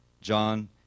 John